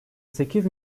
sekiz